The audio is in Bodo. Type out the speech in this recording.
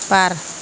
बार